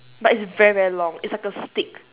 but it's very very long it's like a stick